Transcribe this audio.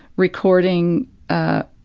recording ah,